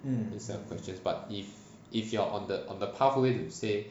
mm different set of questions but if if you are on the on the pathway to say